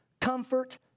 comfort